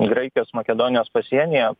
graikijos makedonijos pasienyje